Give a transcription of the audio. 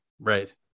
Right